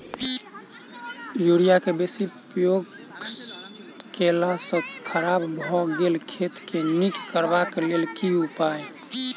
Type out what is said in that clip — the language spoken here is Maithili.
यूरिया केँ बेसी प्रयोग केला सऽ खराब भऽ गेल खेत केँ नीक करबाक लेल की उपाय?